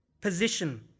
position